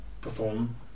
perform